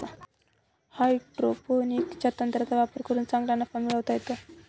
हायड्रोपोनिक्सच्या तंत्राचा वापर करून चांगला नफा मिळवता येतो